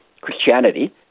Christianity